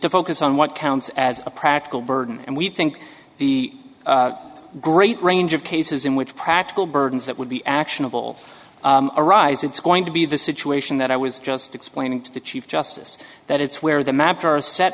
to focus on what counts as a practical burden and we think the great range of cases in which practical burdens that would be actionable arise it's going to be the situation that i was just explaining to the chief justice that it's where the